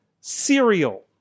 cereal